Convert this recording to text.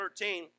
13